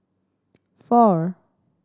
four